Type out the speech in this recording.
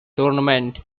tournament